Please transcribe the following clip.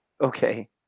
Okay